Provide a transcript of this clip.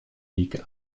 league